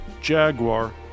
Jaguar